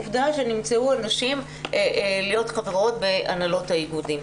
עובדה שנמצאו הנשים להיות חברות בהנהלות האיגודים.